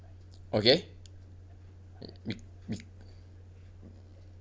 okay